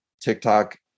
TikTok